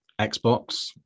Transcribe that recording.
xbox